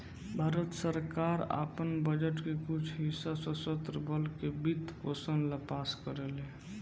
भारत सरकार आपन बजट के कुछ हिस्सा सशस्त्र बल के वित्त पोषण ला पास करेले